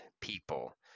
people